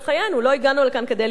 לא הגענו לכאן כדי להילחם,